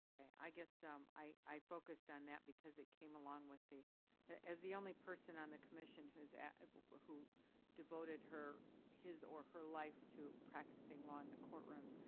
i guess i focused on that because it came along with the as the only person on the commission who's at who devoted her his or her life to practicing law in the courtroom,